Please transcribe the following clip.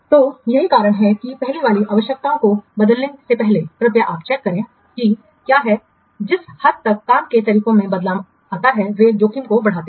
तो यही कारण है कि पहले वाली आवश्यकताओं को बदलने से पहले कृपया आप चेक करें कि क्या है जिस हद तक काम के तरीकों में बदलाव आता है वे जोखिम को बढ़ाते हैं